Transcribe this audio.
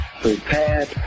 prepared